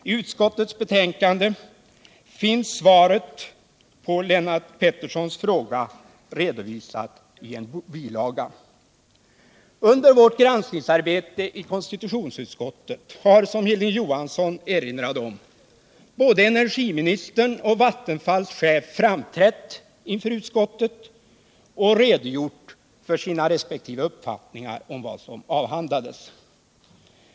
I utskottets betänkande finns svaret på Lennart Petterssons fråga redovisat i en bilaga. Under vårt granskningsarbete i konstitutionsutskottet har, som Hilding Johansson erinrade om, både energiministern och Vattenfalls chef framträtt inför utskottet och redogjort för sina uppfattningar om vad som avhandlades.